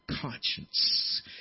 conscience